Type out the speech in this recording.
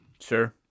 Sure